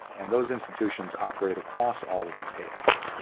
and those institutions operate across all of these havens.